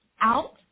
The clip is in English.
out